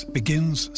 begins